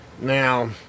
Now